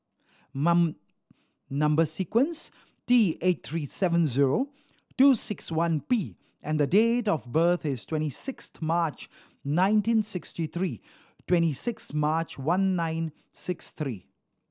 number sequence T eight three seven zero two six one P and date of birth is twenty sixth March nineteen sixty three twenty six March one nine six three